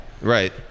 Right